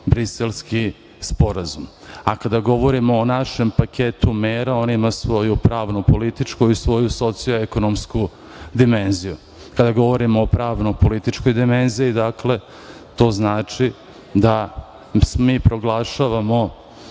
Briselski sporazum.A kada govorimo o našem paketu mera, on ima svoju pravno-političku i svoju socio-ekonomsku dimenziju. Kada govorimo o pravno-političkoj dimenziji, to znači da mi proglašavamo